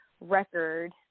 record